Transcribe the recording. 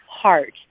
heart